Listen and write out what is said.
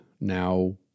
now